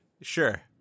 Sure